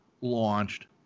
launched